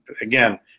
again